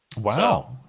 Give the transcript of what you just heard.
wow